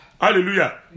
Hallelujah